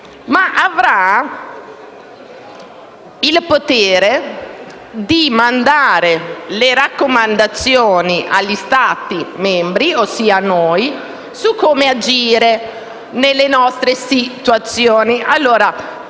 avrà il potere di mandare le raccomandazioni agli Stati membri - ossia a noi - su come agire nelle situazioni